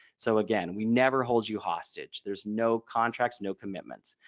so again we never hold you hostage. there's no contracts no commitments.